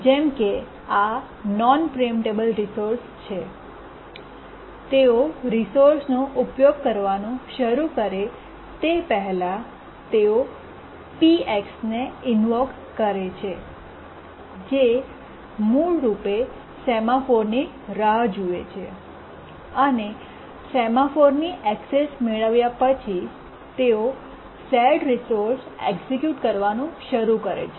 જેમ કે આ નોન પ્રીએમ્પટેબલ રિસોર્સ છે તેઓ રિસોર્સ નો ઉપયોગ કરવાનું શરૂ કરે તે પહેલાં તેઓ P ને ઇન્વોક કરે છે જે મૂળ રૂપે સેમાફોરની રાહ જુએ છે અને સેમાફોરની એક્સેસ મેળવ્યા પછી તેઓ શેર રિસોર્સ એક્સિક્યૂટ કરવાનું શરૂ કરે છે